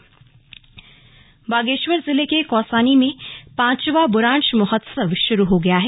बुरांश महोत्सव बागेश्वर जिले के कौसानी में पांचवां बुरांश महोत्सव शुरू हो गया है